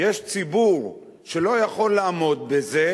יש ציבור שלא יכול לעמוד בזה,